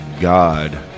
God